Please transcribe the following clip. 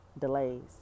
delays